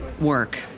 work